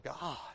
God